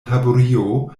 taburio